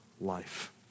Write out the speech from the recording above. life